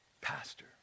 pastor